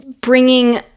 bringing